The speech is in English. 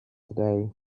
today